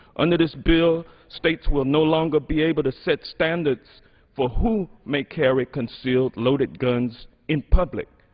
under this bill, states will no longer be able to set standards for who may carry concealed loaded guns in public.